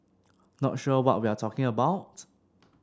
not sure what we're talking about